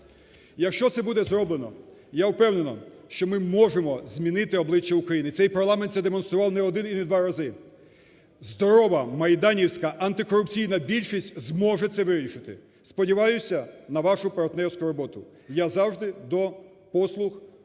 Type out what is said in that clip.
Якщо це буде зроблено, я впевнений, що ми можемо змінити обличчя України. Цей парламент це демонстрував не один і не два рази. Здорова майданівська антикорупційна більшість зможе це вирішити. Сподіваюся на вашу партнерську роботу. Я завжди до послуг